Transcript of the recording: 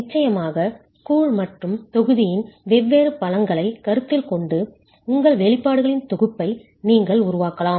நிச்சயமாக கூழ் மற்றும் தொகுதியின் வெவ்வேறு பலங்களைக் கருத்தில் கொண்டு உங்கள் வெளிப்பாடுகளின் தொகுப்பை நீங்கள் உருவாக்கலாம்